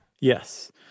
Yes